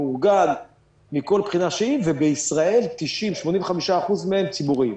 מאורגן מכל בחינה שהיא, ובישראל 85% מהם ציבוריים.